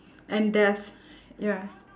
and death ya